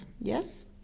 Yes